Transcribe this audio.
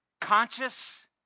Conscious